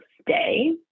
stay